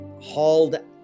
hauled